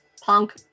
punk